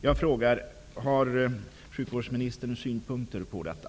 Jag frågar: Har sjukvårdsministern synpunkter på detta?